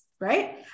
right